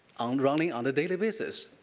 and running on a daily basis.